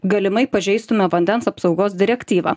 galimai pažeistume vandens apsaugos direktyvą